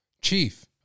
chief